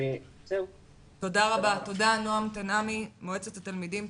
תודה רבה, נעם תנעמי ממועצת התלמידים.